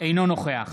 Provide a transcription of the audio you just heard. אינו נוכח